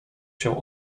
się